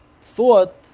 Thought